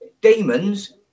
Demons